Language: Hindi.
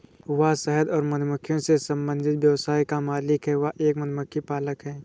वह शहद और मधुमक्खियों से संबंधित व्यवसाय का मालिक है, वह एक मधुमक्खी पालक है